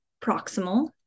proximal